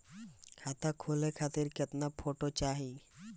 खाता खोले खातिर केतना फोटो चाहीं?